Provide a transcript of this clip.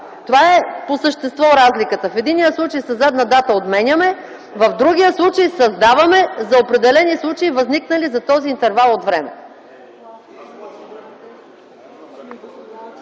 права! По същество това е разликата. В единия случай със задна дата отменяме, в другия - създаваме за определени случаи, възникнали за този интервал от време.